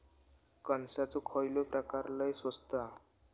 कणसाचो खयलो प्रकार लय स्वस्त हा?